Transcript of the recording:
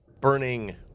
burning